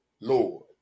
Lord